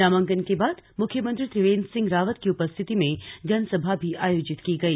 नामांकन के बाद मुख्यमंत्री त्रिवेन्द्र सिंह रावत की उपस्थिति में जनसभा भी आयोजित की गई